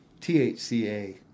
THCA